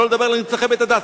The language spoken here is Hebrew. לא לדבר על נרצחי "בית הדסה",